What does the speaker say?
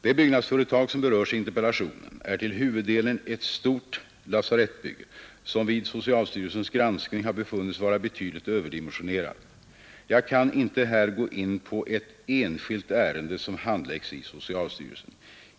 Det byggnadsföretag som berörs i interpellationen är till huvuddelen ett stort lasarettsbygge, som vid socialstyrelsens granskning har befunnits vara betydligt överdimensionerat. Jag kan inte här gå in på ett enskilt ärende som handläggs i socialstyrelsen.